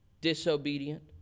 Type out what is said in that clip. Disobedient